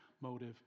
motive